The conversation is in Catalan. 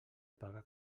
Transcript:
paga